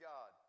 God